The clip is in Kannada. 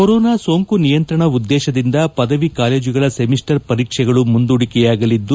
ಕೊರೋನಾ ಸೋಂಕು ನಿಯಂತ್ರಣ ಉದ್ದೇಶದಿಂದ ಪದವಿ ಕಾಲೇಜುಗಳ ಸೆಮಿಸ್ಟರ್ ಪರೀಕ್ಷೆಗಳು ಮುಂದೂಡಿಕೆಯಾಗಲಿದ್ದು